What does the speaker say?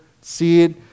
seed